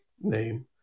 name